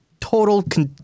Total